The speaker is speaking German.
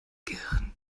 gehirn